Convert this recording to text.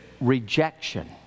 rejection